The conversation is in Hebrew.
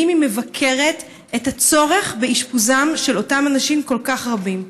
האם היא מבקרת את הצורך באשפוז של אותם אנשים כל כך רבים?